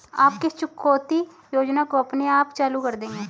आप किस चुकौती योजना को अपने आप चालू कर देंगे?